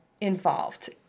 involved